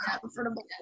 comfortable